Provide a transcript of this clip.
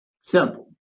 Simple